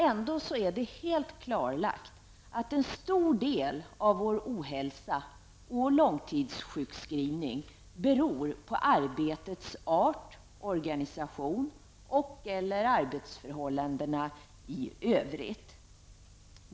Ändå är det helt klarlagt att en stor del av vår ohälsa och långtidssjukskrivningar beror på arbetets art, organisationen och/eller arbetsförhållandena i övrigt.